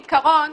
כעיקרון,